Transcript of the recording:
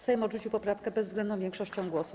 Sejm odrzucił poprawkę bezwzględną większością głosów.